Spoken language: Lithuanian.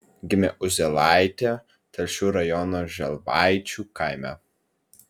gimė uzėlaitė telšių rajono želvaičių kaime